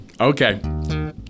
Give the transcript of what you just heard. Okay